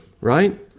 right